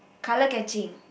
color catching